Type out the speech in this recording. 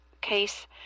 case